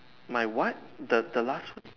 my what the the last one